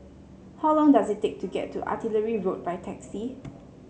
how long does it take to get to Artillery Road by taxi